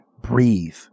Breathe